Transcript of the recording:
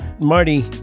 Marty